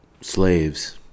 slaves